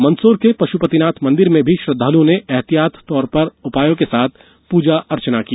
मंदसौर के पश्पतिनाथ मंदिर में भी श्रद्धालुओं ने एहतियाती उपायों के साथ पूजा अर्चना की